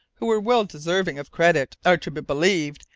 who were well deserving of credit, are to be believed,